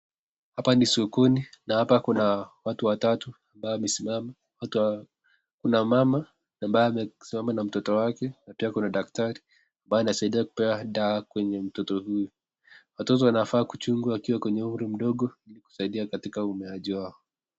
Hapa ni sokoni na hapa kuna watu watatu ambao wamesimama, kuna mama ambaye amesimama na mtoto wake na pia kuna daktari ambaye anasaidia kumpea dawa mtoto huyu. Watoto wanafaa kuchungwa wakiwa kwenye umri mdogo kusaidia katika umeaji wao.